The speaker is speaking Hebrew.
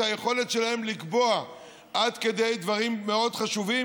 היכולת שלהם לקבוע עד כדי דברים מאוד חשובים,